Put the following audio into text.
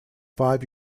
five